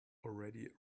already